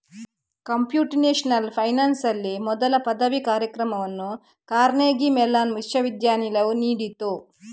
computational ಫೈನಾನ್ಸಿನಲ್ಲಿ ಮೊದಲ ಪದವಿ ಕಾರ್ಯಕ್ರಮವನ್ನು ಕಾರ್ನೆಗೀ ಮೆಲಾನ್ ವಿಶ್ವವಿದ್ಯಾಲಯವು ನೀಡಿತು